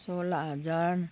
सोह्र हजार